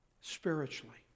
spiritually